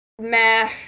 meh